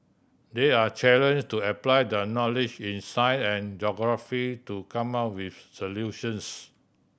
they are challenged to apply their knowledge in science and geography to come up with solutions